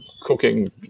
cooking